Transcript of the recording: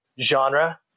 genre